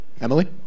Emily